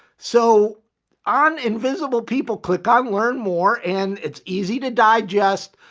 so on invisible people, click on learn more and it's easy to digest,